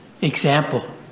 example